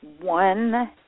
one